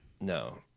No